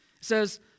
says